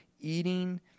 eating